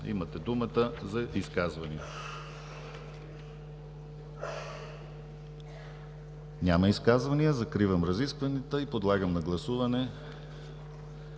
Имате думата за изказвания. Няма изказвания. Закривам разискванията. Подлагам на гласуване